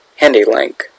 Handylink